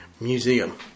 museum